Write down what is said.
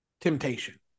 temptation